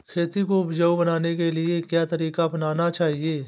खेती को उपजाऊ बनाने के लिए क्या तरीका अपनाना चाहिए?